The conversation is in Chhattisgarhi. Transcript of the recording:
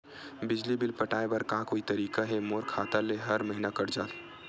बिजली बिल पटाय बर का कोई तरीका हे मोर खाता ले हर महीना कट जाय?